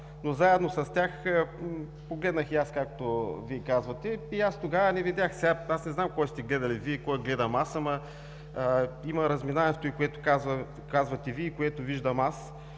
но заедно с тях погледнах и аз, както Вие казвате, и аз тогава не видях. Не знам какво сте гледали Вие и какво гледам аз, но има разминаване в това, което казвате Вие и което виждам аз.